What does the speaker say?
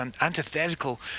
antithetical